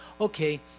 okay